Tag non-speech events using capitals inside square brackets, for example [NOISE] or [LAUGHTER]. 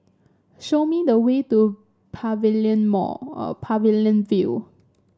show me the way to Pavilion Mall [HESITATION] Pavilion View